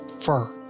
fur